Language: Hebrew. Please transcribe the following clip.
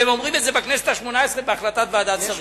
והם אומרים את זה בכנסת השמונה-עשרה בהחלטת ועדת שרים.